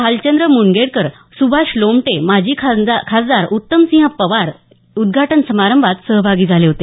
भालचंद्र मुणगेकर सुभाष लोमटे माजी खासदार उत्तमसिंह पवार उदघाटन समारंभात सहभागी झाले होते